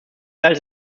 halte